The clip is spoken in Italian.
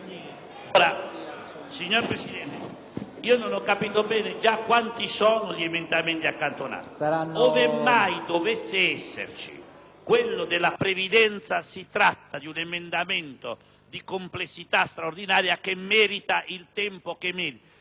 relativo alla previdenza, si tratterebbe di un emendamento di complessità straordinaria che merita il tempo necessario. È notorio che io sui contributi agricoli unificati ho condotto battaglie per anni. Sono profondamente convinto che un